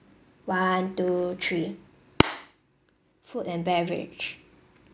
one two three food and beverage